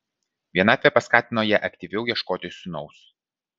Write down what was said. vienatvė paskatino ją aktyviau ieškoti sūnaus